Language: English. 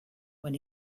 when